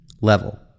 level